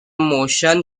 motion